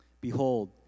Behold